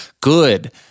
good